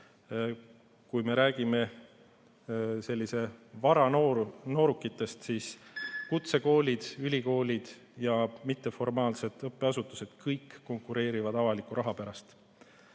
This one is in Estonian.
Kui me räägime varanoorukitest, siis kutsekoolid, ülikoolid ja mitteformaalsed õppeasutused – kõik konkureerivad avaliku raha pärast.